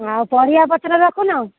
ଆଉ ପରିବା ପତ୍ର ରଖୁନ